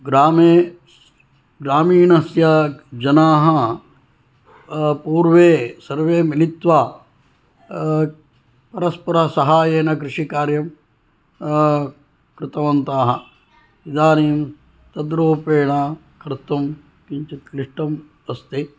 ग्रामे ग्रामीणस्य जनाः पूर्वे सर्वे मिलित्वा परस्परसाहायेन कृषिकार्यं कृतवन्ताः इदानीं तद्रूपेण कर्तुं किञ्चित् क्लिष्टम् अस्ति